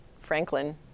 Franklin